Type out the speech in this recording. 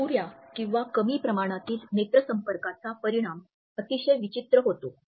अपुऱ्या किंवा कमी प्रमाणातील नेत्रसंपर्काचा परिणाम अतिशय विचित्र होतो